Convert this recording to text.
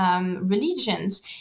religions